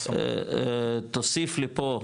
תוסיף לפה,